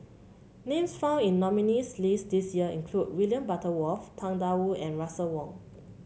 names found in nominees' list this year include William Butterworth Tang Da Wu and Russel Wong